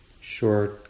short